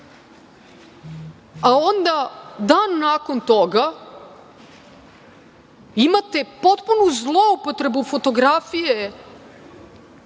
a onda dan nakon toga imate potpunu zloupotrebu fotografije